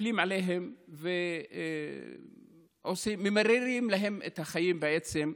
מתנפלים עליהם וממררים להם את החיים, בעצם,